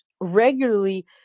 regularly